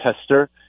Tester